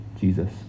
Jesus